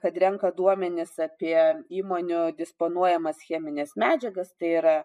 kad renka duomenis apie įmonių disponuojamas chemines medžiagas tai yra